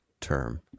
term